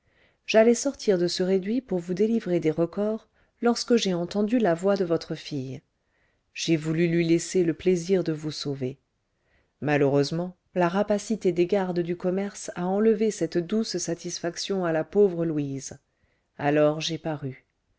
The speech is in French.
j'allais sortir de ce réduit pour vous délivrer des recors lorsque j'ai entendu la voix de votre fille j'ai voulu lui laisser le plaisir de vous sauver malheureusement la rapacité des gardes du commerce a enlevé cette douce satisfaction à la pauvre louise alors j'ai paru